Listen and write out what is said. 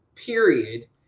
period